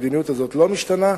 המדיניות הזאת לא משתנה,